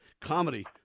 comedy